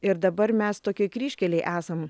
ir dabar mes tokioj kryžkelėj esam